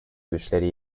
güçleri